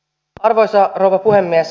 arvoisa rouva puhemies